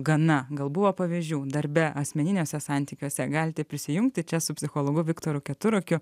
gana gal buvo pavyzdžių darbe asmeniniuose santykiuose galite prisijungti čia su psichologu viktoru keturakiu